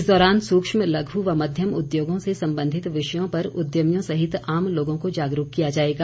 इस दौरान सूक्ष्म लघ् व मध्यम उद्यमों से संबंधित विषयों पर उद्यमियों सहित आम लोगों को जागरूक किया जाएगा